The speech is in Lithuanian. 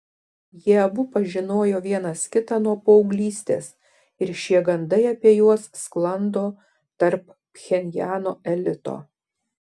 jie abu pažinojo vienas kitą nuo paauglystės ir šie gandai apie juos sklando tarp pchenjano elito